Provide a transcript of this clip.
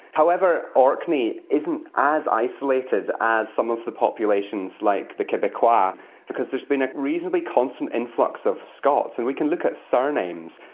however, orkney isn't as isolated as some of the populations like the quebecois because there has been a reasonably constant influx of scots, and we can look at surnames,